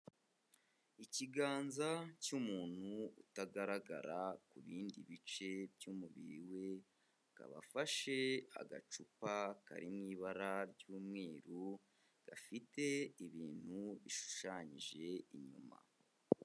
Ikiganza cy'umuntu utagaragara ku bindi bice by'umubiri we, akaba afashe agacupa kari mu ibara ry'umweru, gafite ibintu bishushanyije inyuma.